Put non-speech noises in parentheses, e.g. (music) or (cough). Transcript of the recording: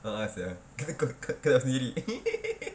a'ah sia kau kau kau berbual sendiri (laughs)